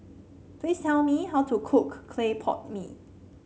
please tell me how to cook Clay Pot Mee